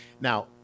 Now